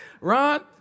Ron